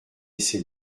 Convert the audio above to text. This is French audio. ses